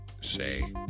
say